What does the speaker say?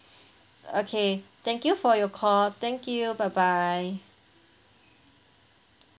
okay thank you for your call thank you bye bye